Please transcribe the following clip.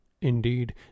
Indeed